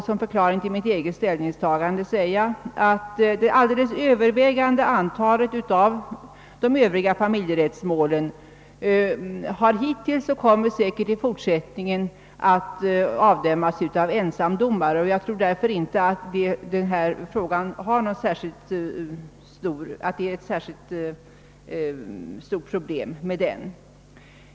Som förklaring till mitt ställningstagande i denna fråga vill jag framhålla, att den alldeles övervägande delen av de övriga familjerättsmålen hittills har avdömts och säkerligen även i fortsättningen kommer att avdömas av ensamdomare. Jag tror därför inte att saken utgör något särskilt stort problem.